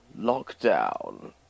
lockdown